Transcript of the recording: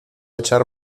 echar